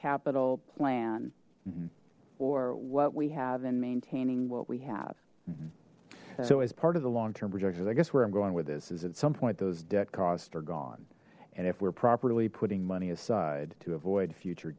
capital plan or what we have in maintaining what we have so as part of the long term projections i guess where i'm going with this is at some point those debt costs are gone and if we're properly putting money aside to avoid future